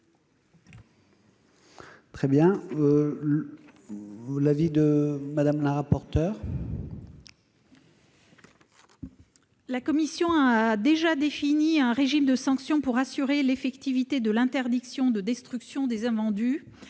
Quel est l'avis de la commission ? La commission a déjà défini un régime de sanctions pour assurer l'effectivité de l'interdiction de destruction des invendus,